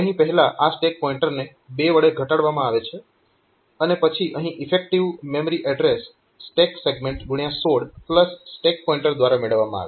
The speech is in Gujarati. અહીં પહેલા આ સ્ટેક પોઈન્ટરને 2 વડે ઘટાડવામાં આવે છે અને પછી અહીં effective memory address stack segment x 16 stack pointer દ્વારા મેળવવામાં આવે છે